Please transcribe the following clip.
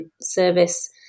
service